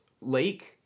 Lake